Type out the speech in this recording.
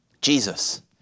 Jesus